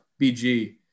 BG